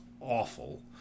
awful